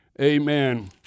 amen